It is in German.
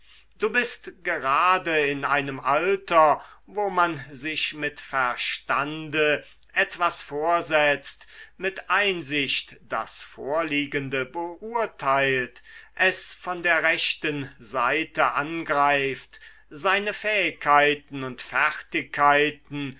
du bist gerade in einem alter wo man sich mit verstande etwas vorsetzt mit einsicht das vorliegende beurteilt es von der rechten seite angreift seine fähigkeiten und